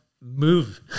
move